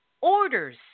orders